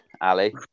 ali